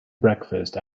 breakfast